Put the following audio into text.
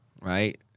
right